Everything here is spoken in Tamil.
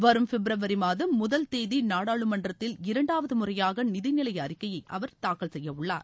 வரும் பிப்ரவரி மாதம் முதல் தேதி நாடாளுமன்றத்தில் இரண்டாவது முறையாக நிதிநிலை அறிக்கையை அவர் தாக்கல் செய்யவுள்ளார்